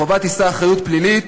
החובה תישא אחריות פלילית: